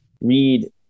Read